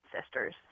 sisters